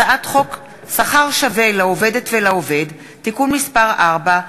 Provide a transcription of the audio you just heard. הצעת חוק שכר שווה לעובדת ולעובד (תיקון מס' 4)